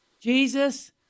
Jesus